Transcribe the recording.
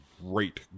great